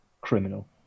criminal